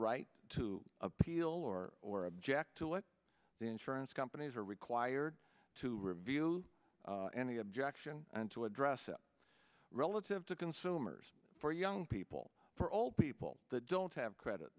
right to appeal or or object to it the insurance companies are required to review any objection and to address it relative to consumers for young people for all people that don't have credit